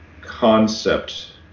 concept